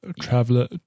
traveler